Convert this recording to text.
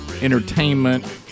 entertainment